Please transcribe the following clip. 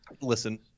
listen